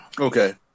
Okay